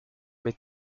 mais